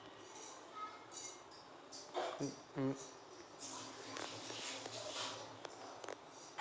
मी गृह कर्ज मिळवण्यासाठी पात्र आहे का हे कसे समजेल?